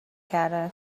کردن